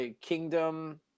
kingdom